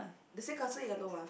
the sandcastle yellow ah